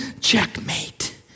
Checkmate